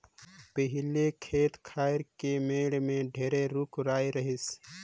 पहिले खेत खायर के मेड़ में ढेरे रूख राई रहिस